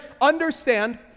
understand